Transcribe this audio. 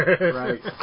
Right